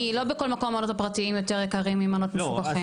כי לא בכל מקום המעונות הפרטיים יותר יקרים ממעונות מפוקחים.